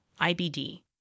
IBD